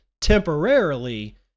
temporarily